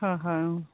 হয় হয় অঁ